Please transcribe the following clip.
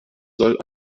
soll